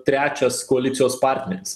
trečias koalicijos partneris